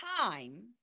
time